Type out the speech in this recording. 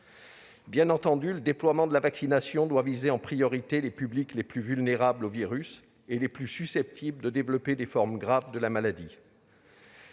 Bien entendu, le déploiement de la vaccination doit viser en priorité les publics les plus vulnérables au virus et les plus susceptibles de développer des formes graves de la maladie.